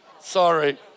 Sorry